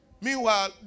Meanwhile